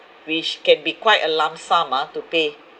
which can be quite a lump sum ah to pay